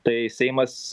tai seimas